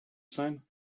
sein